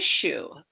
issue